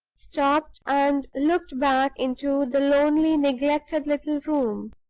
stopped, and looked back into the lonely, neglected little room.